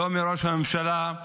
לא מראש הממשלה,